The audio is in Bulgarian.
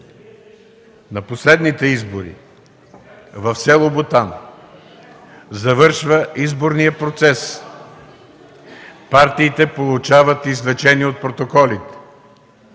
На последните избори в село Бутан завършва изборният процес. Партиите получават извлечение от протоколите.